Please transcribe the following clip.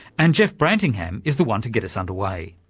and jeff brantingham is the one to get us underway.